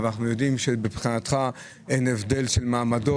אנחנו יודעים שמבחינתך אין הבדל בין מעמדות,